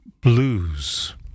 Blues